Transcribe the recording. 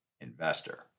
investor